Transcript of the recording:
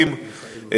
הדברים,